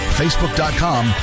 facebook.com